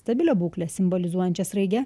stabilią būklę simbolizuojančia sraige